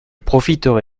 profiterai